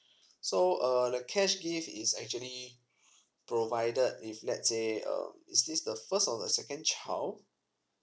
so err the cash gift is actually provided if let's say um is this the first or the second child